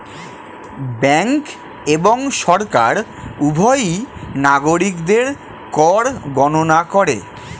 bank এবং সরকার উভয়ই নাগরিকদের কর গণনা করে